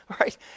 right